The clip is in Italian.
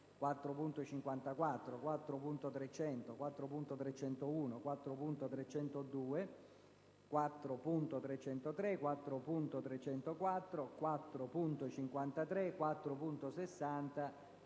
4.54; 4.300, 4.301, 4.302, 4.303, 4.304; 4.53; 4.60 e